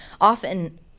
often